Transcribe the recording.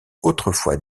autrefois